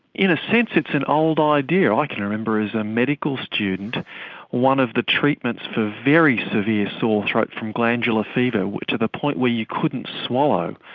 in a sense it's an old idea. i can remember as a medical student one of the treatments for very severe sore throat from glandular fever, to the point where you couldn't swallow,